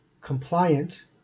compliant